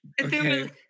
Okay